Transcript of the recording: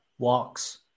Walks